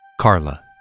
Carla